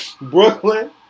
Brooklyn